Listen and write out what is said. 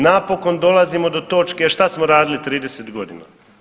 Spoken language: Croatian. Napokon dolazimo do točke šta smo radili 30 godina?